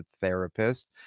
therapist